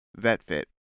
VetFit